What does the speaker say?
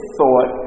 thought